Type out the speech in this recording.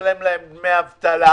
נשלם להם דמי אבטלה.